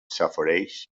safareig